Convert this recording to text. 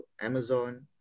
Amazon